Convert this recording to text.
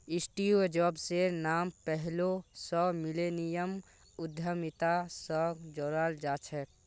Steve जॉब्सेर नाम पैहलौं स मिलेनियम उद्यमिता स जोड़ाल जाछेक